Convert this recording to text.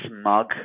smug